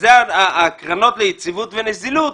הקרנות ליציבות ונזילות,